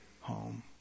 home